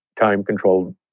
time-controlled